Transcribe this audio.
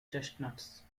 chestnuts